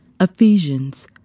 Ephesians